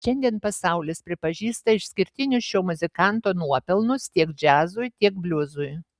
šiandien pasaulis pripažįsta išskirtinius šio muzikanto nuopelnus tiek džiazui tiek bliuzui